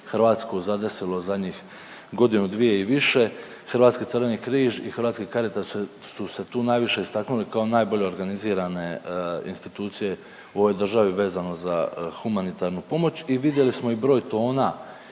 Hrvatsku zadesilo zadnjih godinu, dvije i više hrvatski Crveni križ i hrvatski Caritas su se tu najviše istaknuli kao najbolje organizirane institucije u ovoj državi vezano za humanitarnu pomoć i vidjeli smo i broj tona